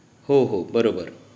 हो हो बरोबर